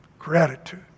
Gratitude